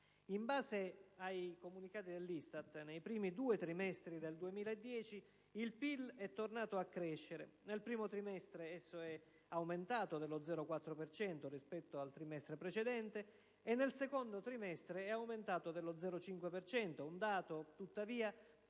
In base ai comunicati dell'ISTAT, nei primi due trimestri del 2010 il PIL è tornato a crescere: nel primo trimestre è aumentato dello 0,4 per cento rispetto al trimestre precedente, e nel secondo trimestre è aumentato dello 0,5 per cento. Un dato tuttavia